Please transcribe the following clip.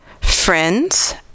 friends